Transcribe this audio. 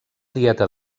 dieta